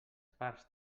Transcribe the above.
parts